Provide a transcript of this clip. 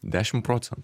dešimt procen